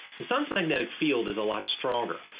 the sun's magnetic field is a lot stronger,